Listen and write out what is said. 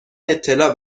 اطلاع